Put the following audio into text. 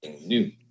new